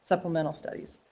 supplemental studies.